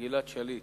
גלעד שליט.